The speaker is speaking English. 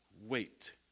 wait